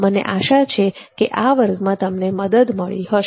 મને આશા છે કે તમને મદદ મળી હશે